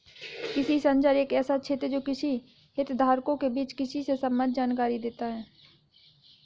कृषि संचार एक ऐसा क्षेत्र है जो कृषि हितधारकों के बीच कृषि से संबंधित जानकारी देता है